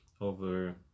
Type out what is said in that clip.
over